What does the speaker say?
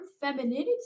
femininity